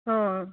ହଁ